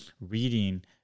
reading